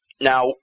Now